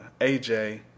AJ